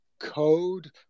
Code